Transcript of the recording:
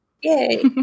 Yay